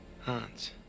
Hans